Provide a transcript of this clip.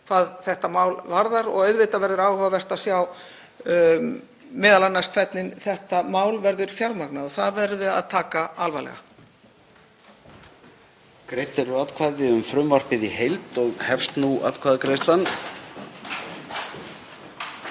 hvað þetta mál varðar. Auðvitað verður áhugavert að sjá m.a. hvernig þetta mál verður fjármagnað. Það verður að taka alvarlega.